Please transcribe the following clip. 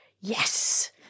yes